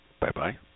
Bye-bye